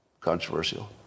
controversial